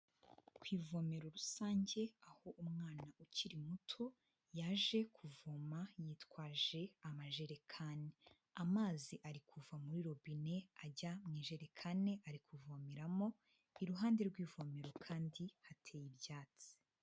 Ku ivome rusange, aho umwana ukiri muto yaje kuvoma yitwaje amajerekani. Amazi ari kuva muri robine ajya mu ijerikani ari kuvomeramo, iruhande rw'ivomero kandi hateye ibyatsi.